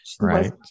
right